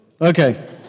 Okay